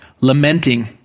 lamenting